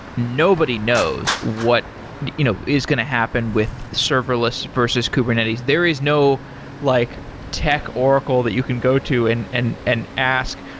nobody knows what you know is going to happen with serverless versus kubernetes. there is no like tech oracle that you can go to and and and ask,